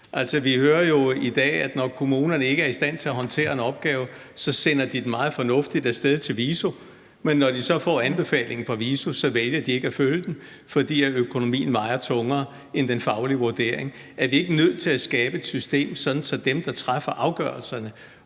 vi hører jo i dag, at når kommunerne ikke er i stand til at håndtere en opgave, så sender de den meget fornuftigt af sted til VISO, men når de så får anbefalingen fra VISO, så vælger de ikke at følge den, fordi økonomien vejer tungere end den faglige vurdering. Er vi ikke nødt til at skabe et system, sådan at dem, der træffer afgørelserne,